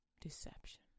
Deception